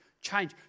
change